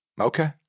okay